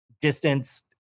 distance